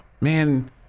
man